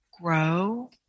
grow